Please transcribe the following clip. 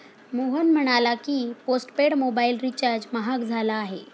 मोहन म्हणाला की, postpaid mobile recharge महाग झाला आहे